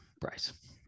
price